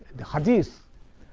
the hadith.